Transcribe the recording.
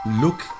Look